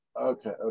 Okay